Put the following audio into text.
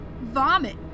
vomit